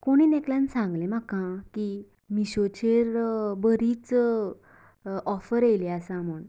कोणीन एकल्यान सांगले म्हाका की मिशोचेर बरीच ओफर येयल्ली आसा म्हण